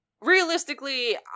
Realistically